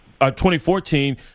2014